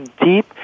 deep